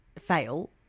fail